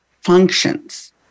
functions